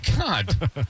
God